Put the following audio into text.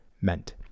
meant